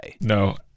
No